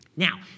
Now